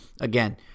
again